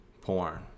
porn